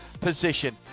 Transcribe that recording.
position